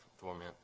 torment